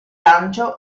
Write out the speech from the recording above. lancio